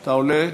אתה עולה?